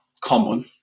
common